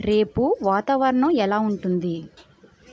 రేపు వాతావరణం ఎలా ఉంటుంది